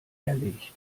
erlegt